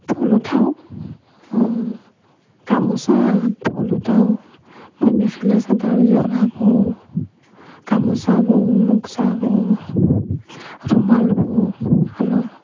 ফুল উঠাওঁ গামোচা উঠাওঁ মেখেলা চাদৰ যোৰা বওঁ গামোচা বওঁ বওঁ ৰূমাল বওঁ শালত